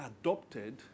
adopted